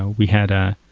we had ah